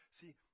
See